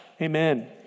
amen